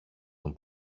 τον